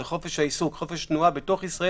לחופש העיסוק ולחופש התנועה בתוך ישראל